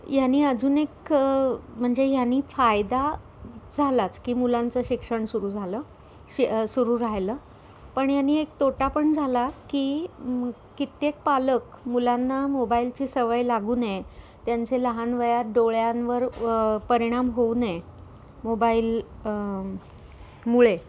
ह्याने अजून एक म्हणजे ह्याने फायदा झालाच की मुलांचं शिक्षण सुरू झालं शि सुरू राहिलं पण यांनी तोटा पण झाला की कित्येक पालक मुलांना मोबाईलची सवय लागू नये त्यांचे लहान वयात डोळ्यांवर परिणाम होऊ नये मोबाईल मुळे